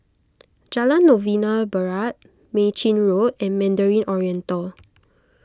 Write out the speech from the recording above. Jalan Novena Barat Mei Chin Road and Mandarin Oriental